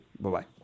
Bye-bye